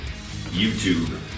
YouTube